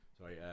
Sorry